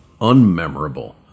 unmemorable